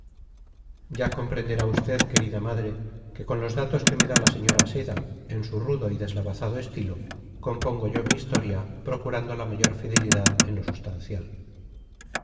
ya comprenderá usted querida madre que con los datos que me da la señora seda en su rudo y deslavazado estilo compongo yo mi historia procurando la mayor fidelidad en lo sustancial